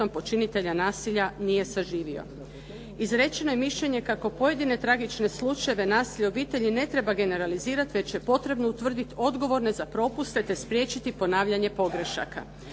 počinitelja nasilja nije saživio. Izrečeno je mišljenje kako pojedine tragične slučajeve nasilja u obitelji ne treba generalizirati već je potrebno utvrditi odgovorne za propuste te spriječiti ponavljanje pogrešaka.